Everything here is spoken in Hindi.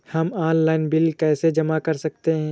हम ऑनलाइन बिल कैसे जमा कर सकते हैं?